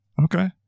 Okay